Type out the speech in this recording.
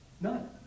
None